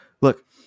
look